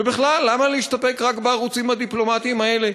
ובכלל, למה להסתפק רק בערוצים הדיפלומטיים האלה?